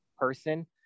person